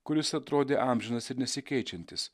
kuris atrodė amžinas ir nesikeičiantis